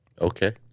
Okay